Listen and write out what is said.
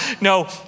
No